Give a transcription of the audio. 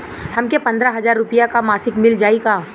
हमके पन्द्रह हजार रूपया क मासिक मिल जाई का?